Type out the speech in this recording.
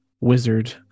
wizard